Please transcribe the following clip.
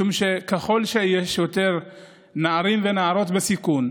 משום שככל שיש יותר נערים ונערות בסיכון,